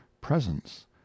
presence